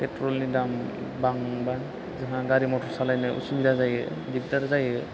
पेट्रलनि दाम बांबा जोंहा गारि मटर सालायनो असुबिदा जायो दिगदार जायो